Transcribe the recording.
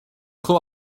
ddim